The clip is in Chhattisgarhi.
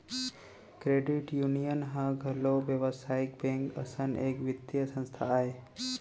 क्रेडिट यूनियन ह घलोक बेवसायिक बेंक असन एक बित्तीय संस्था आय